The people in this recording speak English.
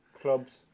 clubs